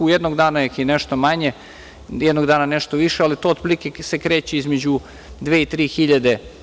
Jednog dana ih je nešto manje, jednog dana nešto više, ali to se otprilike kreće između 2.000 i 3.000.